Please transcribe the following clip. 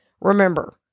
Remember